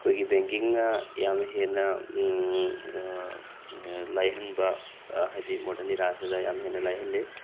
ꯑꯩꯈꯣꯏꯒꯤ ꯕꯦꯡꯀꯤꯡꯅ ꯌꯥꯝ ꯍꯦꯟꯅ ꯂꯥꯏꯍꯟꯕ ꯍꯥꯏꯗꯤ ꯃꯣꯗꯔꯟ ꯏꯔꯥꯁꯤꯗ ꯌꯥꯝ ꯍꯦꯟꯅ ꯂꯥꯏꯍꯟꯂꯤ